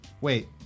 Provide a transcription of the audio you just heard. Wait